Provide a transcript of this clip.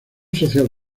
social